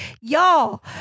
y'all